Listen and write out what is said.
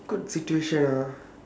awkward situation ah